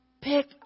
pick